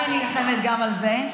אני נלחמת גם על זה,